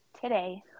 today